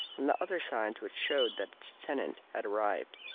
and the other signs which showed that its tenant had arrived.